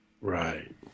Right